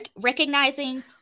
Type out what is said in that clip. recognizing